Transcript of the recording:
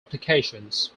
applications